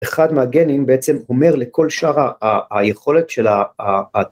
אחד מהגנים בעצם אומר לכל שאר היכולת של ה...